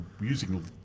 using